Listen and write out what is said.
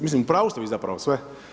Mislim, u pravu ste vi zapravo sve.